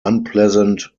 unpleasant